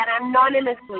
anonymously